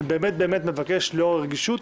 אני באמת באמת מבקש לאור הרגישות